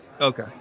Okay